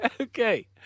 Okay